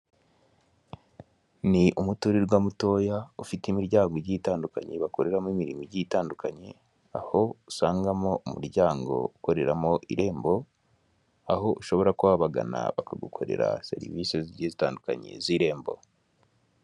Ni umuturirwa mutoya ufite imiryango igiye itandukanye, bakoreramo imirimo igiye itandukanye. Usangamo umuryango ukoreramo IREMBO, aho ushobora kubagana bakagukorera serivisi zitandukanye z'irembo.